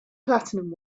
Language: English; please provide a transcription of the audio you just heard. platinum